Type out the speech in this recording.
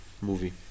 movie